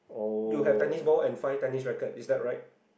you have tennis balls and five tennis rackets is that right